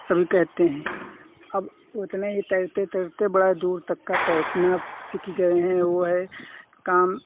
सभी कहते हैं अब इतना ही तैरते तैरते बड़ा दूर तक का तैरना सीख गए हैं वह है काम